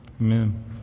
Amen